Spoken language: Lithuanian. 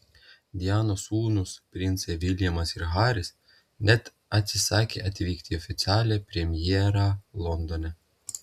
dianos sūnūs princai viljamas ir haris net atsisakė atvykti į oficialią premjerą londone